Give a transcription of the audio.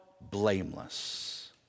blameless